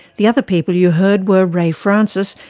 the other people you heard were rae frances,